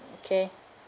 okay